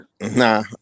nah